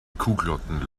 kuhglocken